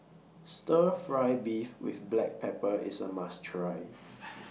Stir Fry Beef with Black Pepper IS A must Try